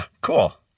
Cool